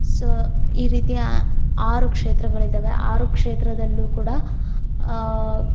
so ಈ ರೀತಿಯ ಆರು ಕ್ಷೇತ್ರಗಳಿದ್ದಾವೆ ಆರು ಕ್ಷೇತ್ರದಲ್ಲೂ ಕೂಡ